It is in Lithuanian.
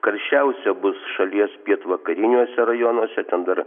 karščiausia bus šalies pietvakariniuose rajonuose ten dar